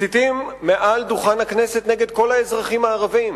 ומסיתים מעל דוכן הכנסת גם נגד כל האזרחים הערבים.